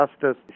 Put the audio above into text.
justice